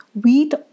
Wheat